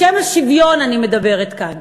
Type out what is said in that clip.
בשם השוויון אני מדברת כאן,